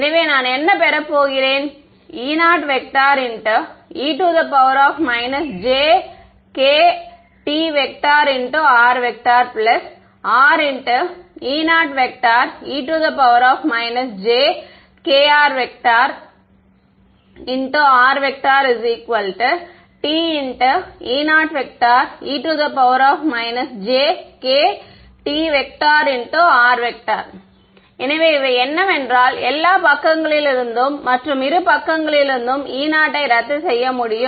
எனவே நான் என்ன பெறப் போகிறேன் E0e j kir RE0e j kr rTE0e j kt r எனவே இவை என்னவென்றால் எல்லா பக்கங்களிலிருந்தும் மற்றும் இரு பக்கங்களிலிருந்தும் E0 ஐ ரத்து செய்ய முடியும்